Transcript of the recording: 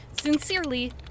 Sincerely